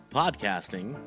podcasting